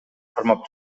кармап